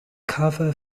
cover